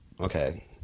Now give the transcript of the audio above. Okay